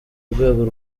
rwego